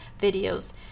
videos